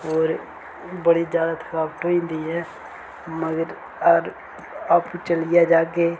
होर बड़ी ज्यादा थकावट होई जंदी ऐ मगर अगर आपूं चलियै जाह्गे